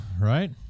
right